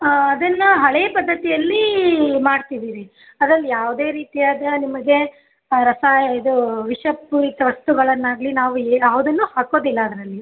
ಹಾಂ ಅದನ್ನ ಹಳೇ ಪದ್ಧತಿಯಲ್ಲಿ ಮಾಡ್ತಿವಿರಿ ಅದರಲ್ಲಿ ಯಾವುದೇ ರೀತಿಯಾದ ನಿಮಗೆ ರಸ ಇದು ವಿಷಪೂರಿತ ವಸ್ತುಗಳನ್ನಾಗಲಿ ನಾವು ಯಾವುದನ್ನೂ ಹಾಕೋದಿಲ್ಲ ಅದರಲ್ಲಿ